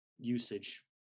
usage